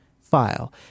file